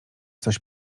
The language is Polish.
coś